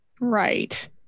right